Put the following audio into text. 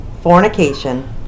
fornication